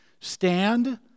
Stand